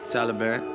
Taliban